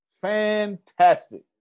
Fantastic